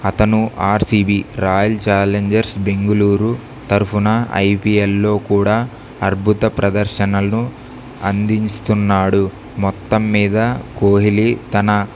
అతను R C B Royal Challengers Bengaluru తరఫున I P ఎల్లో కూడా అద్భుత ప్రదర్శనలను అందిస్తున్నాడు మొత్తం మీద కోహిలీ తన